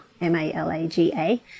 M-A-L-A-G-A